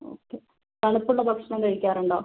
okay തണുപ്പുള്ള ഭക്ഷണം കഴിക്കാറുണ്ടോ